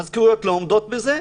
המזכירויות לא עומדות בזה.